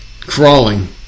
crawling